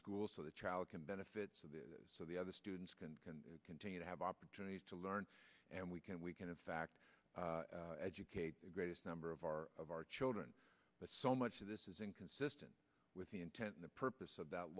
school so the child can benefit of the so the other students can continue to have opportunities to learn and we can we can in fact educate the greatest number of our of our children but so much of this is inconsistent with the intent and purpose of th